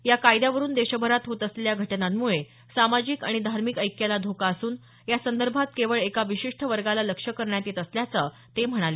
या कायद्यावरुन देशभरात होत असलेल्या घटनांमुळे सामाजिक आणि धार्मिक ऐक्याला धोका असून या संदर्भात केवळ एका विशिष्ट वर्गाला लक्ष्य करण्यात येत असल्याचं ते म्हणाले